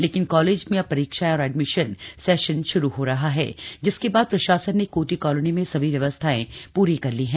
लेकिन कॉलेज में अब परीक्षाएं और एडमिशन सेशन शुरू हो रहा है जिसके बाद प्रशासन ने कोटी कालोनी में सभी व्यवस्थाएं पूरी कर ली हैं